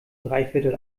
dreiviertel